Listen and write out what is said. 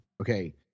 Okay